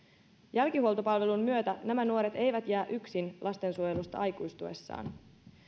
jälkihuoltopalvelun myötä nämä nuoret eivät jää yksin lastensuojelusta aikuistuessaan